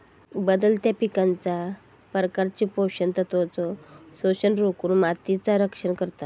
बदलत्या पिकांच्या प्रकारचो पोषण तत्वांचो शोषण रोखुन मातीचा रक्षण करता